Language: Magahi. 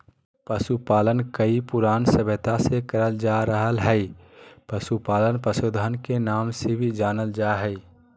पशुपालन कई पुरान सभ्यता से करल जा रहल हई, पशुपालन पशुधन के नाम से भी जानल जा हई